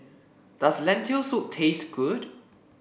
does Lentil Soup taste good